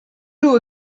who